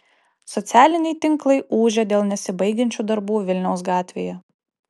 socialiniai tinklai ūžia dėl nesibaigiančių darbų vilniaus gatvėje